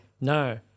No